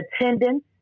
attendance